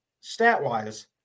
stat-wise